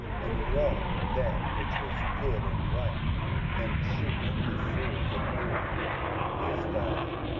and wrought that which was good and right and truth before the lord his god.